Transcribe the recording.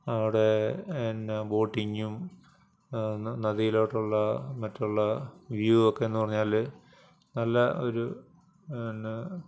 അവിടെ എന്നാ ബോട്ടിങ്ങും നദിയിലോട്ടുള്ള മറ്റുള്ള വ്യൂവൊക്കെയെന്ന് പറഞ്ഞാൽ നല്ല ഒരു എന്നാ